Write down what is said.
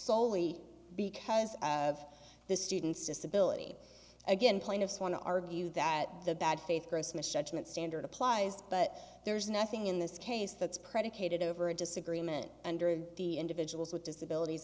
soley because of the student's disability again plaintiffs want to argue that the bad faith gross misjudgement standard applies but there's nothing in this case that's predicated over a disagreement under the individuals with disabilities